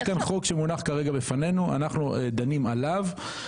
יש חוק שמונח כרגע בפנינו ואנחנו דנים עליו.